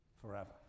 forever